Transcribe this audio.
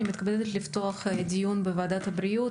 אני מתכבדת לפתוח את הדיון בוועדת הבריאות,